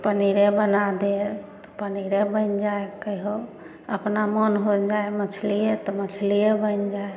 पनीरे बना दे तऽ पनीरे बनि जाइ कहियौ अपनो मन भऽ जाइ मछलिये तऽ मछलिये बनि जाइ